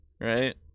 right